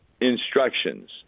instructions